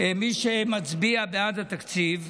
מי שמצביע בעד התקציב,